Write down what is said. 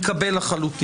אני מקבל את זה לחלוטין.